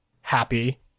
happy